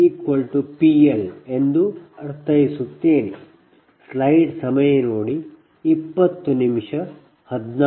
ಎಂದು ಅರ್ಥೈಸುತ್ತೇನೆ